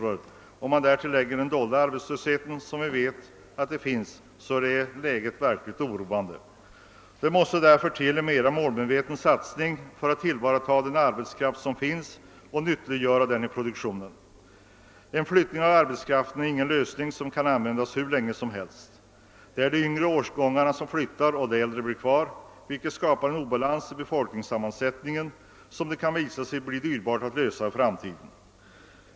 Om man därtill lägger den dolda arbetslöshet som vi vet föreligger, måste läget betecknas som verkligt oroande. Det måste därför göras en mera målmedveten satsning för att tillvarata den arbetskraft som finns och nyttiggöra den i produktionen. En flyttning av arbetskraften är inte en lösning som kan användas hur länge som helst. Det blir de yngre årgångarna som flyttar medan de äldre stannar kvar, vilket skapar en obalans i befolkningssammansättningen som kan visa sig dyrbar att rätta till i framtiden.